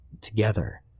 Together